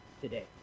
today